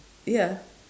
ya